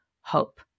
hope